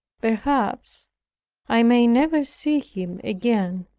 perhaps i may never see him again,